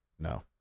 No